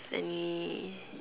any